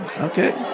Okay